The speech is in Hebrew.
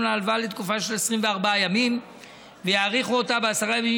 להלוואה לתקופה של 24 ימים ויאריכו אותה ב-10 ימים